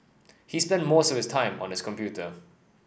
he spent most of his time on his computer